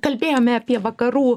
kalbėjome apie vakarų